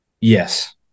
yes